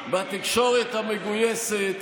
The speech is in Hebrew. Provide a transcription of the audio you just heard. בתקשורת המגויסת